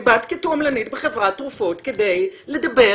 את באת כתועמלנית בחברת תרופות כדי לדבר